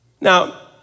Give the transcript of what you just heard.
Now